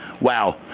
Wow